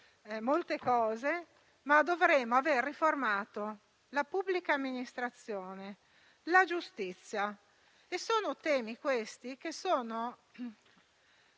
molte cose, ma dovremmo aver riformato la pubblica amministrazione e la giustizia. Questi temi costituiscono